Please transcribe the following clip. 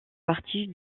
partie